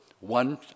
One